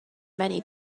many